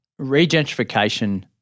regentrification